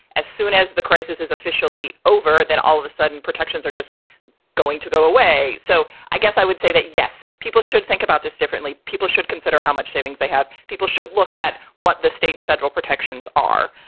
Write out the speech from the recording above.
as soon as the crisis is officially over, then all of a sudden protections are just going to go away. so i guess i would say that, yes, people should think about this differently. people should consider how much savings they have. people should look at what the state and federal protections are.